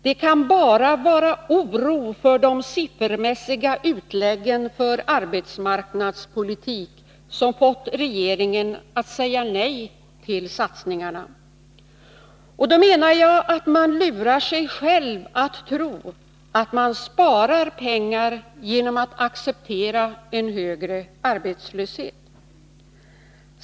Det kan bara vara oro för de siffermässiga utläggen för arbetsmarknadspolitik som fått regeringen att säga nej till satsningarna. Och då menar jag att man lurar sig själv att tro att man sparar pengar genom att acceptera en högre arbetslöshet.